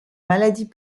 maladies